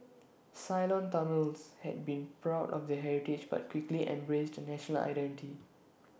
Ceylon Tamils had been proud of their heritage but quickly embraced A national identity